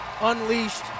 unleashed